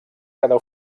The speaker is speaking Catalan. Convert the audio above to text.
quedar